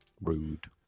rude